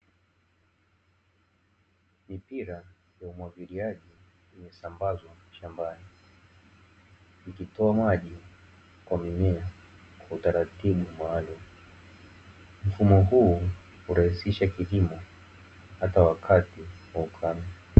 Mipira ya umwagiliaji imesambazwa shambani, ikitoa maji kumimina kwa utaratibu maalumu. Mfumo huu huraisisha kilimo hata wakati wa ukame.